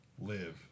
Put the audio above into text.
live